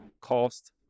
cost